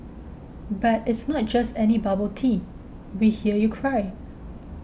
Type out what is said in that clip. but it's not just any bubble tea we hear you cry